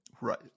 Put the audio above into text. Right